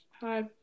Hi